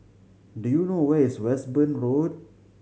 do you know where is Westbourne Road